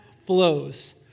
flows